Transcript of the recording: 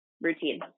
routine